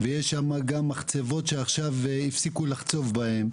ויש שם גם מחצבות שעכשיו הפסיקו לחצוב בהן,